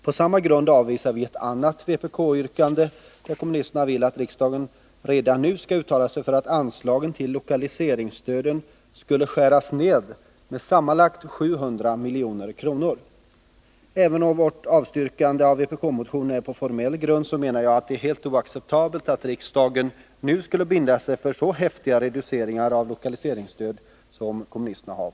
På samma grund avvisar vi ett annat vpk-yrkande i vilket kommunisterna kräver att riksdagen redan nu skall uttala sig för att anslagen till lokaliseringsstöd skall skäras ned med sammanlagt 700 milj.kr. Även om vårt avstyrkande av vpk-motionen sker på formell grund, så menar jag att det är helt oacceptabelt att riksdagen nu skulle binda sig för så kraftiga reduceringar av lokaliseringsstöd som vpk föreslagit.